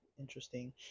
interesting